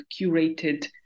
curated